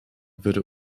würde